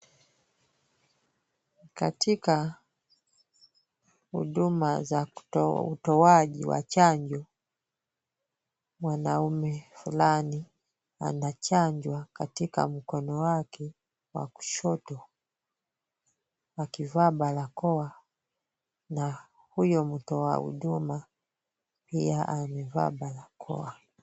Katika huduma za utoaji wa chanjo. Mwanaume fulani anachanjwa katika mkono wake wa kushoto akivaa barakoa na huyo mtoa huduma pia amevaa barakoa.